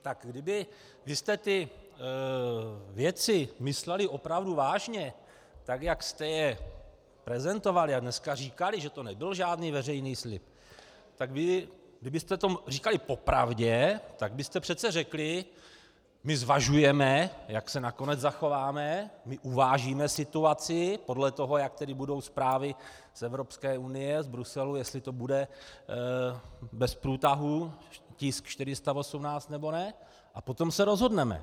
Tak kdybyste vy ty věci mysleli opravdu vážně, jak jste je prezentovali, a dneska říkali, že to nebyl žádný veřejný slib, tak kdybyste to říkali po pravdě, tak byste přece řekli: my zvažujeme, jak se nakonec zachováme, my uvážíme situaci podle toho, jak tedy budou zprávy z Evropské unie, z Bruselu, jestli to bude bez průtahů tisk 418, nebo ne, a potom se rozhodneme.